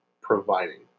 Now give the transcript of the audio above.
providing